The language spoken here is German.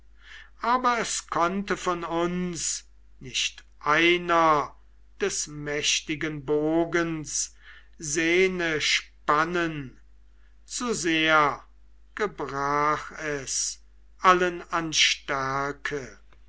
aber es konnte von uns nicht einer des mächtigen bogens senne spannen zu sehr gebrach es allen an stärke